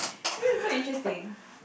see this is so interesting